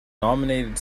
nominated